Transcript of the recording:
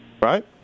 Right